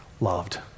loved